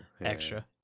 Extra